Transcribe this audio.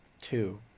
two